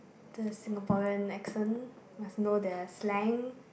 the Singaporean accent must know their slang